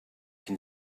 can